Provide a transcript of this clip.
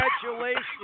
congratulations